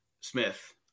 smith